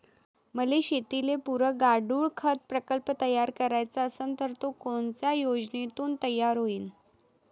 मले शेतीले पुरक गांडूळखत प्रकल्प तयार करायचा असन तर तो कोनच्या योजनेतून तयार होईन?